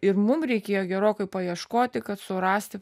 ir mum reikėjo gerokai paieškoti kad surasti